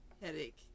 Headache